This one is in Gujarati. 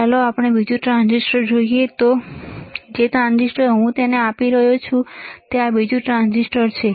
ચાલો આપણે બીજું ટ્રાંઝિસ્ટર જોઈએ તો ટ્રાંઝિસ્ટર જે હું તેને આપી રહ્યો છું અને આ બીજું ટ્રાંઝિસ્ટર છે